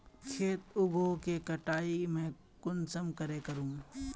खेत उगोहो के कटाई में कुंसम करे करूम?